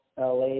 LA